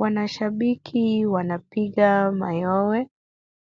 Wanashabiki wanapiga mayowe,